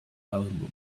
album